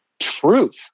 truth